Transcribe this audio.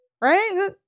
right